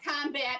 combat